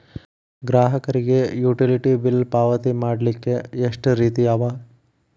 ಗ್ರಾಹಕರಿಗೆ utility bill ಪಾವತಿ ಮಾಡ್ಲಿಕ್ಕೆ ಎಷ್ಟ ರೇತಿ ಅವ?